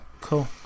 cool